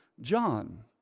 John